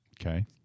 Okay